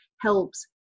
helps